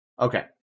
Okay